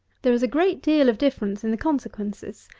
there is a great deal of difference in the consequences.